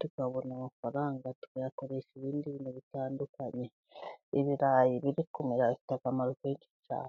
tukabona amafaranga. Tuyakoresha ibindi bintu bitandukanye. Ibirayi biri kumera bifite akamaro kenshi cyane.